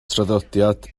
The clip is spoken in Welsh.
traddodiad